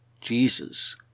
Jesus